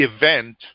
event